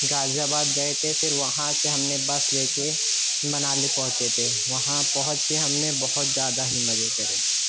غازی آباد گئے تھے پھر وہاں سے ہم نے بس لے کے منالی پہنچے تھے وہاں پہنچ کے ہم نے بہت زیادہ ہی مزے کرے